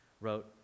wrote